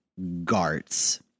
GARTs